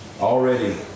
already